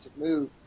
move